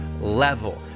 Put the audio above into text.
level